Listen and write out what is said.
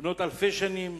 בנות אלפי שנים,